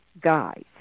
guys